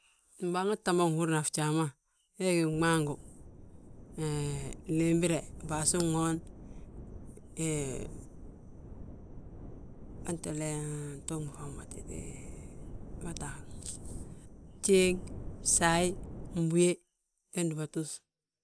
Mbaaŋan ta ma nhúrni a fjaa ma, gmaangu, hee glimbire, waasin ŋoon, hee hentele ftuug ma bjéeŋ, bsaaye, bwúwe, ge gdúbatus.